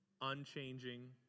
unchanging